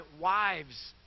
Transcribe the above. wives